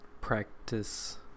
practice